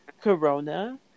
Corona